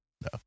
No